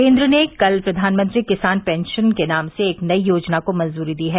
केन्द्र ने कल प्रधानमंत्री किसान पेंशन के नाम से एक नई योजना को मंजूरी दी है